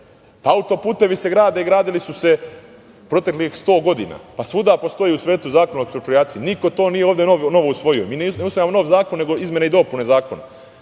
Autoputevi se grade i gradili su se proteklih 100 godina. Svuda postoji u svetu Zakon o eksproprijaciji. Niko to nije ovde novo usvojio. Mi ne usvajamo nov zakon, nego izmene i dopune zakona.